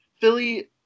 Philly